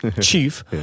chief